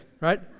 right